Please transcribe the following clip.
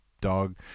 dog